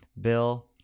bill